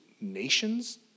nations